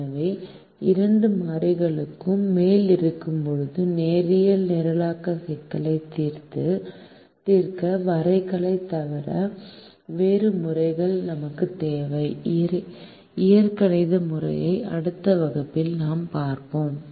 எனவே இரண்டு மாறிகளுக்கு மேல் இருக்கும்போது நேரியல் நிரலாக்க சிக்கல்களைத் தீர்க்க வரைகலைத் தவிர வேறு முறைகள் நமக்குத் தேவை இயற்கணித முறையை அடுத்த வகுப்பில் பார்ப்போம்